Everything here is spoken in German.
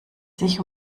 sich